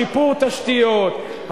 שיפור תשתיות,